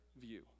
view